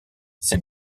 ces